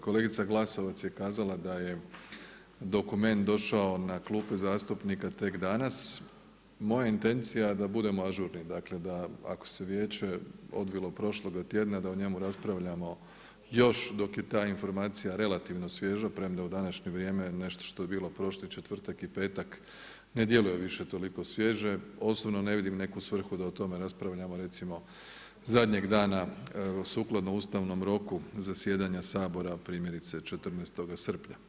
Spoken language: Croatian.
Kolegica Glasovac je kazala da je dokument došao na klupe zastupnika tek danas, moja intencija je da budemo ažurni, dakle da ako se Vijeće odvilo prošloga tjedna da o njemu raspravljamo još dok je taj informacija relativno svježa, premda u današnje vrijeme nešto što je bilo prošli četvrtak i petak ne djeluje više toliko svježe, osobno, ne vidim neku svrhu da o tome raspravljamo, recimo zadnjeg dana sukladno ustavnom roku zasjedanja Sabora, primjerice 14. srpnja.